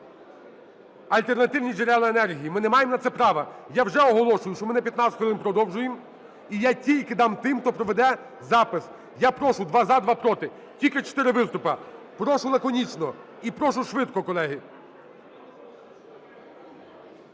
альтернативні джерела енергії. Ми не маємо на це права. Я вже оголошую, що ми на 15 хвилин продовжуємо, і я тільки дам тим, хто проведе запис. Я прошу: два – за, два – проти. Тільки чотири виступи. Прошу лаконічно і прошу швидко, колеги.